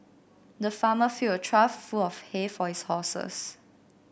the farmer filled a trough full of hay for his horses